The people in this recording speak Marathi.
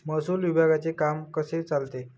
महसूल विभागाचे काम कसे चालते?